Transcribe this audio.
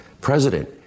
president